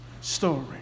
story